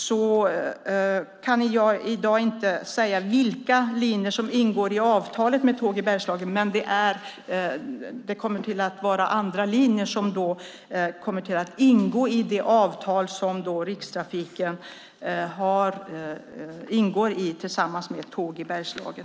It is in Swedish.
Jag kan i dag inte säga vilka linjer som ingår i avtalet med Tåg i Bergslagen, men det kommer att vara andra linjer som kommer att ingå i det avtal som Rikstrafiken träffar tillsammans med Tåg i Bergslagen.